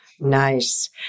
Nice